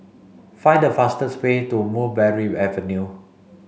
find the fastest way to Mulberry Avenue